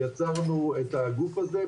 יצרנו את הגוף הזה.